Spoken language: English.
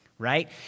Right